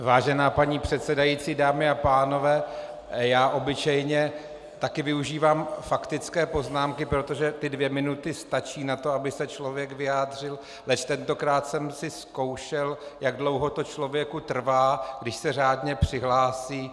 Vážená paní předsedající, dámy a pánové, obyčejně taky využívám faktické poznámky, protože ty dvě minuty stačí na to, aby se člověk vyjádřil, leč tentokrát jsem si zkoušel, jak dlouho člověku trvá, když se řádně přihlásí.